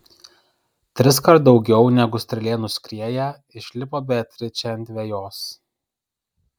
triskart daugiau negu strėlė nuskrieja išlipo beatričė ant vejos